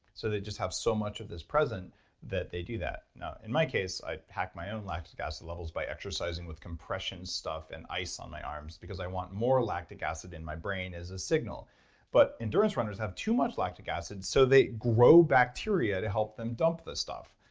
so they just have so much of this present that they do that. now in my case i hack my own lactic levels by exercising with compression stuff and ice on my arms because i want more lactic acid in my brain as a signal but endurance runners have too much lactic acid so they grow bacteria to help them dump this stuff,